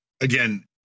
again